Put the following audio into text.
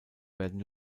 werden